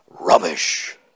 Rubbish